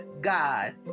God